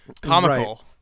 comical